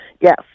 Yes